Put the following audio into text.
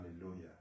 hallelujah